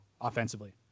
offensively